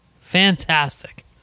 fantastic